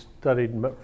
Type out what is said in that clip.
studied